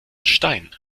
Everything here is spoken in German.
stein